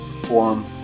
Perform